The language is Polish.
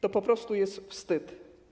To po prostu jest wstyd.